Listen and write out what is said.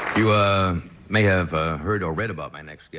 you ah may have heard or read about my next yeah